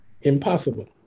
Impossible